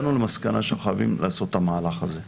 הגענו למסקנה שאנחנו חייבים לעשות את המהלך הזה.